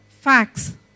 facts